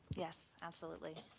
yes, absolutely.